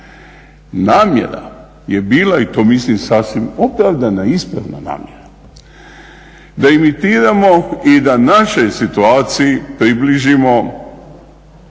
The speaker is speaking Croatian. Namjera je bila, i to mislim, sasvim opravdana, ispravna namjera. Da imitiramo i da našoj situaciji približimo